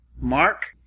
Mark